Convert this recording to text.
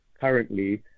currently